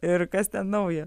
ir kas ten naujo